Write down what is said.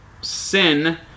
sin